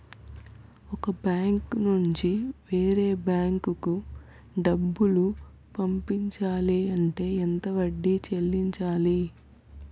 ఒక బ్యాంక్ నుంచి వేరే బ్యాంక్ కి డబ్బులు పంపించాలి అంటే ఎంత వడ్డీ చెల్లించాలి?